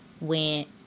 went